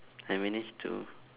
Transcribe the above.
I manage to